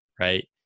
right